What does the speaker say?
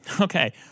Okay